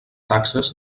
taxes